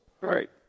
right